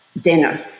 dinner